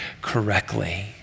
correctly